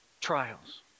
trials